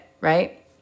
right